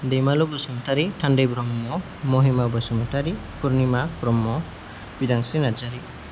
Daimalu Basumatary Thandai Brahma Mahima Basumatary Purnima Brahma Bidangsri Narzary